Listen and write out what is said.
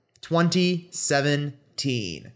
2017